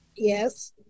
Yes